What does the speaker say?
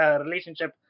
relationship